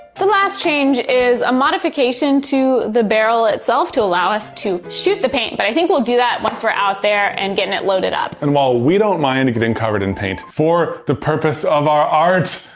the last change is a modification to the barrel itself to allow us to shoot the paint. but i think we'll do that once we're out there and getting it loaded up. and while we don't mind getting covered in paint, for the purpose of our art,